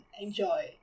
enjoy